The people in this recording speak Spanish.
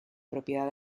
propiedad